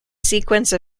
sequence